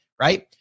right